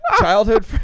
Childhood